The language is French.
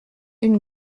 une